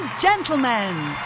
Gentlemen